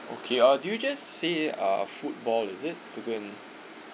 okay oh did you just say uh football is it to go in